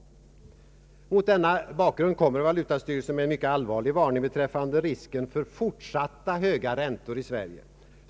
Mot denna bakgrund kommer valutastyrelsen med en mycket allvarlig varning för risken av fortsatta höga räntor i Sverige.